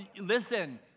Listen